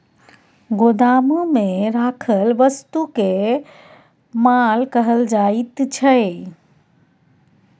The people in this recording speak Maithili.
गोदाममे राखल वस्तुकेँ माल कहल जाइत छै